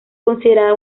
considerada